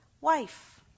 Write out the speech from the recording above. wife